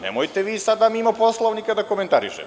Nemojte vi sada da mimo Poslovnika da komentarišete.